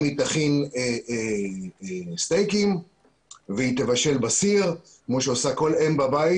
היא תכין סטייקים ותבשל בסיר כמו שעושה כל אם בבית.